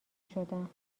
شدم